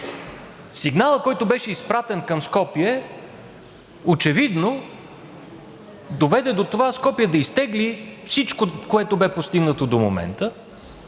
Сигналът, който беше изпратен към Скопие, очевидно доведе до това Скопие да изтегли всичко, което бе постигнато до момента